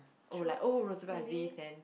oh like oh Rosevel has this then